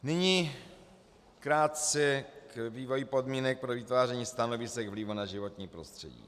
Nyní krátce k vývoji podmínek pro vytváření stanovisek vlivu na životní prostředí.